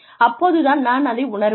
அப்போது தான் நான் அதை உணருவேன்